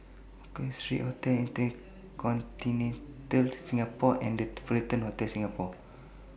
Street Hotel InterContinental Singapore and The Fullerton Hotel Singapore